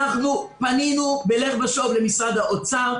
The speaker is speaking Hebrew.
אנחנו פנינו בלך ושוב למשרד האוצר.